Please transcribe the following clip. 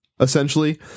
essentially